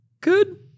good